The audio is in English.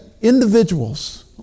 individuals